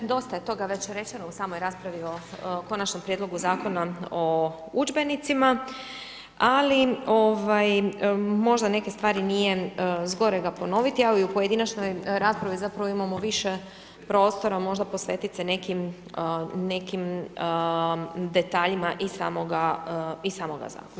Dosta je toga već rečeno u samoj raspravi o Konačnom prijedlogu Zakona o udžbenicima, ali možda neke stvari nije zgorega ponoviti, ali u pojedinačnoj raspravi, zapravo, imamo više prostora, možda posvetiti se nekim detaljima iz samoga Zakona.